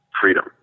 freedom